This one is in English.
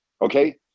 Okay